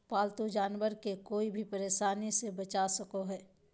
पालतू जानवर के कोय भी परेशानी से बचा सको हइ